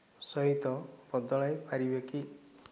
ସହିତ ବଦଳାଇ ପାରିବେ କି